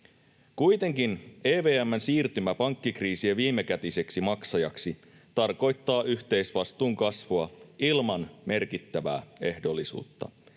Kuitenkin EVM:n siirtymä pankkikriisien viimekätiseksi maksajaksi tarkoittaa yhteisvastuun kasvua ilman merkittävää ehdollisuutta.